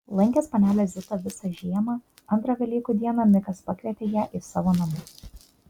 lankęs panelę zitą visą žiemą antrą velykų dieną mikas pakvietė ją į savo namus